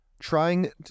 trying